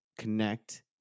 connect